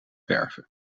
verven